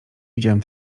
widziałem